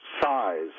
size